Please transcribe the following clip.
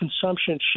consumption